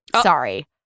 Sorry